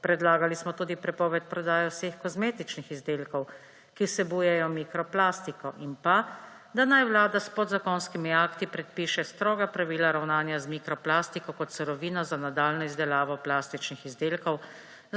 Predlagali smo tudi prepoved prodaje vseh kozmetičnih izdelkov, ki vsebujejo mikroplastiko, in da naj Vlada s podzakonskimi akti predpiše stroga pravila ravnanja z mikroplastiko kot surovino za nadaljnjo izdelavo plastičnih izdelkov